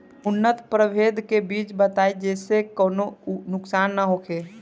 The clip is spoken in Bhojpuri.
उन्नत प्रभेद के बीज बताई जेसे कौनो नुकसान न होखे?